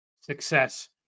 success